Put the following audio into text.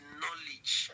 knowledge